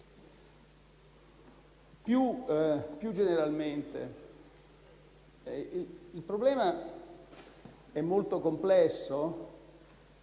Più generalmente, il problema è molto complesso.